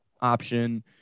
option